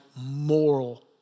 moral